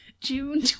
June